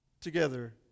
together